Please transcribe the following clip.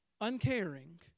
uncaring